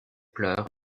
pleure